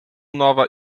nova